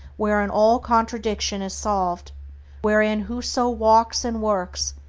wherein all contradiction is solved wherein whoso walks and works,